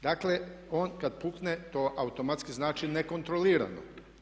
Dakle on kada pukne to automatski znači nekontrolirano.